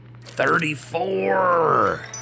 thirty-four